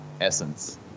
essence